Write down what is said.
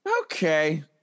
okay